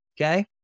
Okay